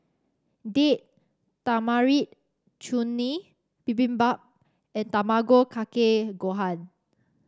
Date Tamarind Chutney Bibimbap and Tamago Kake Gohan